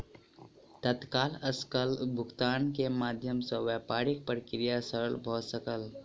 तत्काल सकल भुगतान के माध्यम सॅ व्यापारिक प्रक्रिया सरल भ सकल